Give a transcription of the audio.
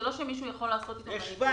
זה לא שמישהו יכול לעשות איתו מניפולציות,